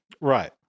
Right